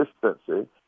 consistency